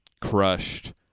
crushed